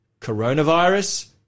coronavirus